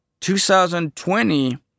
2020